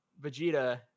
Vegeta